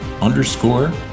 underscore